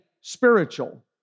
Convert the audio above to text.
spiritual